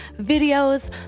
videos